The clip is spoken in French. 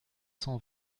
cent